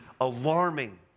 alarming